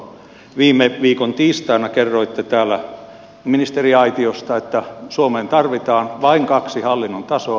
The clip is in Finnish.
viime viikon tiistaina kerroitte täällä ministeriaitiosta että suomeen tarvitaan vain kaksi hallinnon tasoa